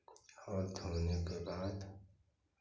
और धोने के बाद